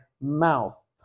mouth